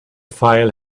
file